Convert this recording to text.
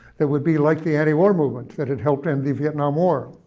that would be like the anti-war movement that had helped end the vietnam war,